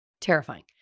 terrifying